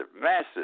massive